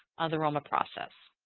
the roma process.